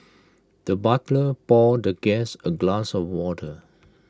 the butler poured the guest A glass of water